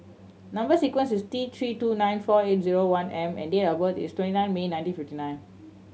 number sequence is T Three two nine four eight zero one M and date of birth is twenty nine May nineteen fifty nine